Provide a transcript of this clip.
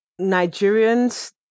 Nigerians